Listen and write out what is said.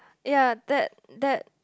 ya that that